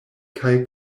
kaj